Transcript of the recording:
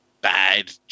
bad